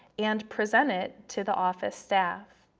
and present it to the office staff.